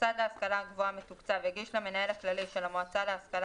מוסד להשכלה גבוהה מתוקצב יגיש למנהל הכללי של המועצה להשכלה